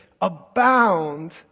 abound